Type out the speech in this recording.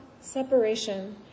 separation